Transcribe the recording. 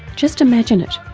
just imagine it.